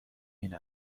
این